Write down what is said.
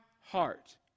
heart